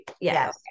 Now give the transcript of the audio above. Yes